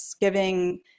giving